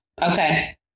Okay